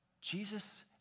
Jesus